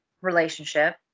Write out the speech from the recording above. relationship